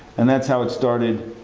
and that's how it started,